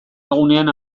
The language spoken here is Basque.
egunean